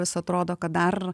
vis atrodo kad dar